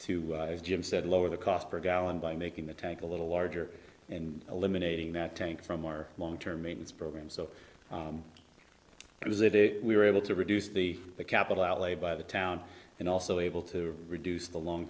jim said lower the cost per gallon by making the tank a little larger and eliminating that tank from our long term maintenance program so it was a day we were able to reduce the the capital outlay by the town and also able to reduce the long